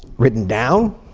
written down.